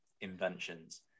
inventions